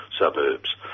suburbs